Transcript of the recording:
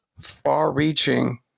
far-reaching